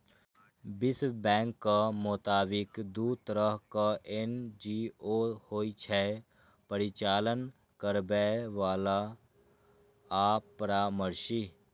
विश्व बैंकक मोताबिक, दू तरहक एन.जी.ओ होइ छै, परिचालन करैबला आ परामर्शी